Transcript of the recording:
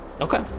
okay